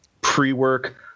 pre-work